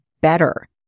better